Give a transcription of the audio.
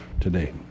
today